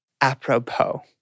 apropos